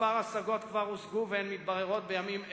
כמה השגות כבר הוגשו, והן מתבררות בימים אלה.